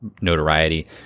notoriety